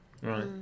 right